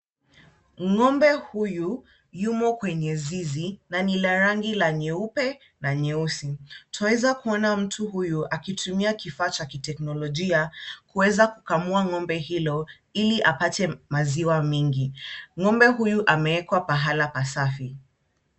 Ng'ombe huyu yumo kwenye zizi na ni la rangi ya nyeupe na nyeusi. Twaweza kuona mtu huyu akitumia kifaa cha kiteknolojia kuweza kukamua ng'ombe hilo ili apate maziwa mingi. Ng'ombe huyu amewekwa pahala pasafi.